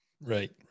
Right